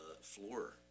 floor